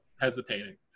hesitating